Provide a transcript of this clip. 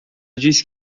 disse